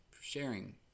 sharing